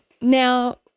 Now